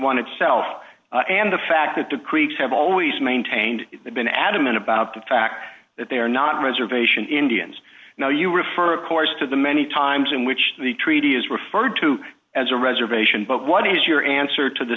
one itself and the fact that the creeks have always maintained they've been adamant about the fact that they are not reservation indians now you refer of course to the many times in which the treaty is referred to as a reservation but what is your answer to the